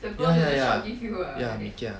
ya ya ya ya mee kia